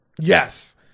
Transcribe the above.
yes